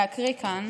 להקריא כאן